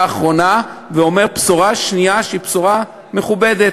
האחרונה ואומר בשורה שנייה שהיא בשורה מכובדת.